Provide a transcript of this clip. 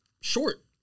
short